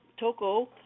Toco